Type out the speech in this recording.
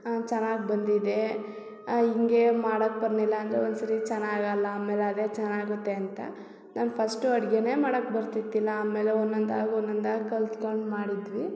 ಚೆನ್ನಾಗಿ ಬಂದಿದೆ ಹಿಂಗೆ ಮಾಡಕ್ಕೆ ಬಂದಿಲ್ಲ ಅಂದರೂ ಒಂದು ಸಾರಿ ಚೆನ್ನಾಗಲ್ಲ ಆಮೇಲೆ ಅದೇ ಚೆನ್ನಾಗುತ್ತೆ ಅಂತ ನಾನು ಫಸ್ಟು ಅಡ್ಗೆಯೇ ಮಾಡಕ್ಕೆ ಬರ್ತಿದ್ದಿಲ್ಲ ಆಮೇಲೆ ಒಂದೊಂದಾಗಿ ಒಂದೊಂದಾಗಿ ಕಲ್ತ್ಕೊಂಡು ಮಾಡಿದ್ವಿ